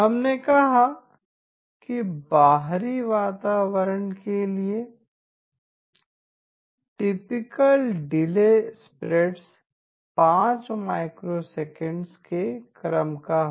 हमने कहा कि बाहरी वातावरण के लिए टिपिकल डिले स्प्रेड्स 5 माइक्रोसेकंड के क्रम का है